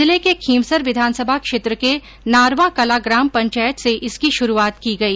जिले के खींवसर विधानसभा क्षेत्र के नारवाकलां ग्राम पंचायत से इसकी शुरूआत की गई